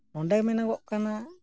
ᱚᱸᱰᱮ ᱢᱮᱱᱚᱜᱚᱜ ᱠᱟᱱᱟ